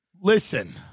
Listen